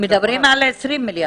מדברים על 20 מיליארד.